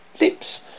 lips